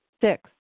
six